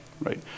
right